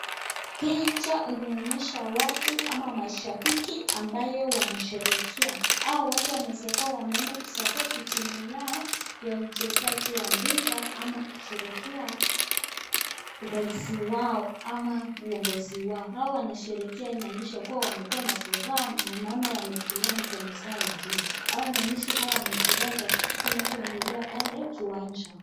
Picha unaonyesha watu ama mashabiki ambayo wanasherekea, hao watu wanaeza kuwa wameenda kusapoti timu yao ya mchezaji wa mpira ama kusherehekea raisi wao ama uongozi wao. Hawa wanasherehekea inaonyesha kuwa wamekuwa na furaha unaona wameekelea mikono zao juu hawa inaonyesha kuwa wamefurahia kwa kitu inayoendelea pale kiwanja.